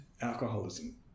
alcoholism